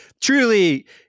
truly